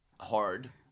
hard